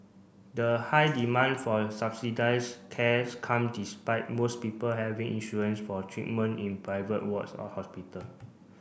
the high demand for subsidised cares come despite most people having insurance for treatment in private wards or hospital